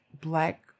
black